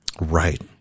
right